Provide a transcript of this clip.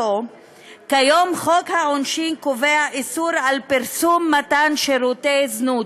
כיום חוק העונשין קובע איסור על פרסום מתן שירותי זנות.